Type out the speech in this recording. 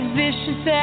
vicious